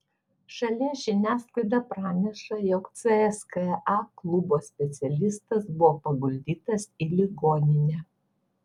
šalies žiniasklaida praneša jog cska klubo specialistas buvo paguldytas į ligoninę